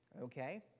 Okay